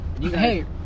Hey